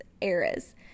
eras